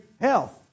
health